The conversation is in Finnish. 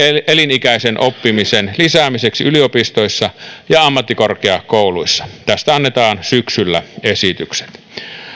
elinikäisen oppimisen lisäämiseksi yliopistoissa ja ammattikorkeakouluissa tästä annetaan syksyllä esitykset